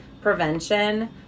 prevention